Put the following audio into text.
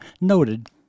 noted